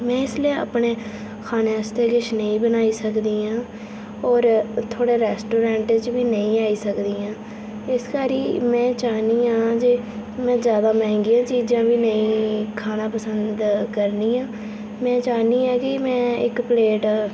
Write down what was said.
में इसलै अपने खाने आस्तै नेई बनाई सकदी आं होर थुआड़े रेस्टोरेंट च बी नेई आई सकदी आं इस करी मै चाह्नी आं जे में ज्यादा मैंह्गियां चीजां बी नेई खाना पसंद करनी में चाह्नियां में इक प्लेट